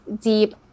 deep